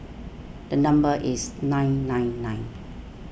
the number is nine nine nine